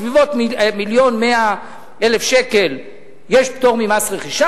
עד בסביבות 1.1 מיליון שקל יש פטור ממס רכישה.